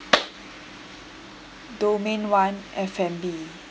domain one F&B